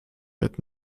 wird